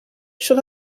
should